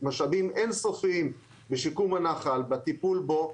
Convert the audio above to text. משאבים אין סופיים לשיקום הנחל והטיפול פה,